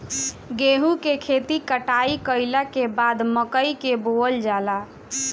गेहूं के खेती कटाई कइला के बाद मकई के बोअल जाला